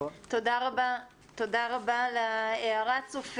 תודה רבה על ההערה, צופית.